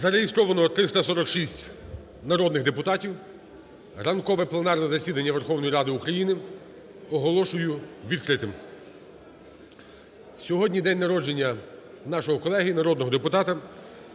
Зареєстровано 346 народних депутатів. Ранкове пленарне засідання Верховної Ради України оголошую відкритим. Сьогодні день народження нашого колеги народного депутата